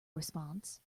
response